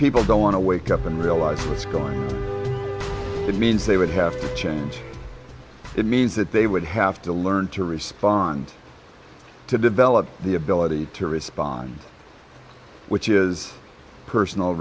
people don't want to wake up and realize what's going on means they would have to change it means that they would have to learn to respond to develop the ability to respond which is a personal